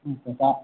ঠিক আছে